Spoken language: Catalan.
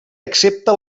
accepta